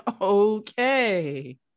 Okay